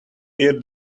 ear